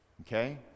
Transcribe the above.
Okay